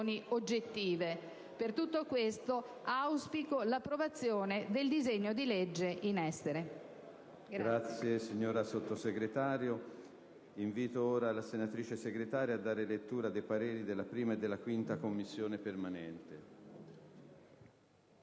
Per tutto questo, auspico l'approvazione del disegno di legge.